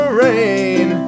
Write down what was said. rain